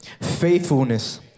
faithfulness